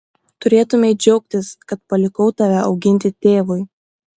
turėtumei džiaugtis kad palikau tave auginti tėvui